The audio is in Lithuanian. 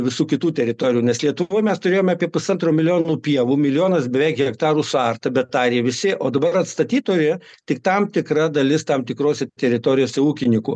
visų kitų teritorijų nes lietuvoj mes turėjome apie pusantro milijonų pievų milijonas beveik hektarų suarta bet arė visi o dabar atstatytoje tik tam tikra dalis tam tikrose teritorijose ūkininkų